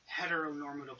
heteronormative